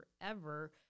forever